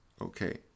Okay